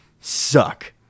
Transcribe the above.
suck